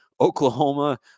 Oklahoma